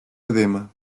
edema